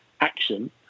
action